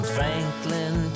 Franklin